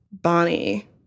Bonnie